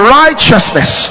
righteousness